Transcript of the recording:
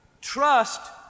Trust